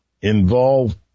involve